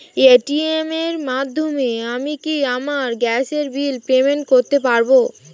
Paytm এর মাধ্যমে আমি কি আমার গ্যাসের বিল পেমেন্ট করতে পারব?